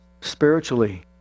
spiritually